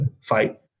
fight